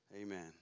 Amen